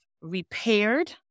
repaired